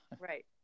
Right